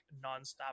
nonstop